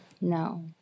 no